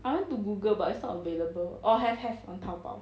I went to google but it's not available orh have have on Taobao